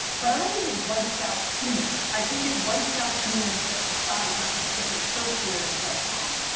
but i don't think it wipes out humans, i think it wipes out humans that decide not to get their surfboard and jump on it.